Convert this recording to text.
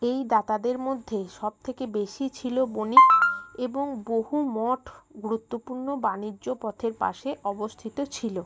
এই দাতাদের মধ্যে সবথেকে বেশি ছিল বণিক এবং বহু মঠ গুরুত্বপূর্ণ বাণিজ্যপথের পাশে অবস্থিত ছিল